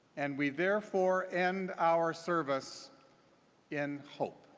and we therefore end our service in hope.